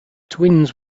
twins